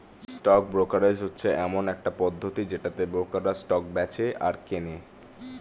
stock brokerage হচ্ছে এমন একটা পদ্ধতি যেটাতে ব্রোকাররা স্টক বেঁচে আর কেনে